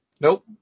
Nope